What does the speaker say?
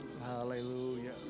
Hallelujah